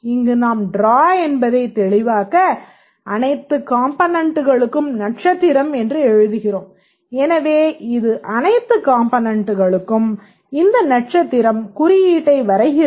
இங்கு நாம் ட்ரா என்பதைத் தெளிவாக்க அனைத்து காம்பனன்ட்களுக்கும் நட்சத்திரம் என்று எழுதுகிறோம் எனவே இது அனைத்து காம்பனன்ட்களுக்கும் இந்த நட்சத்திரம் குறியீட்டை வரைகிறது